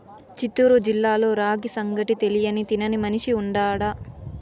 చిత్తూరు జిల్లాలో రాగి సంగటి తెలియని తినని మనిషి ఉన్నాడా